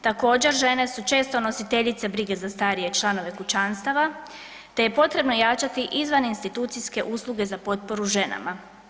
Također žene su često nositeljice brige za starije članove kućanstava, te je potrebno jačati izvan institucijske usluge za potporu ženama.